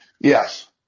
Yes